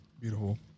Beautiful